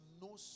no